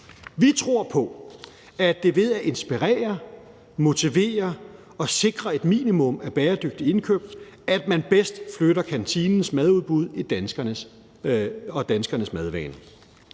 Vi tror på, at det er ved at inspirere, motivere og sikre et minimum af bæredygtige indkøb, at man bedst flytter kantinens madudbud og danskernes madvaner.